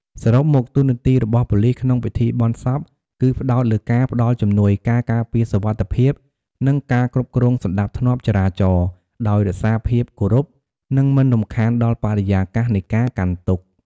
សរុបមក តួនាទីរបស់ប៉ូលីសក្នុងពិធីបុណ្យសព គឺផ្តោតលើការផ្តល់ជំនួយ ការការពារសុវត្ថិភាព និងការគ្រប់គ្រងសណ្តាប់ធ្នាប់ចរាចរណ៍ ដោយរក្សាភាពគោរព និងមិនរំខានដល់បរិយាកាសនៃការកាន់ទុក្ខ។